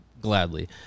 gladly